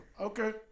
Okay